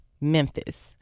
Memphis